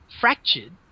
fractured